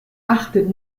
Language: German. achtet